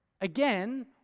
again